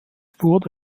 wurde